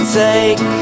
take